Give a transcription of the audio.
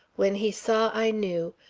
when he saw i knew,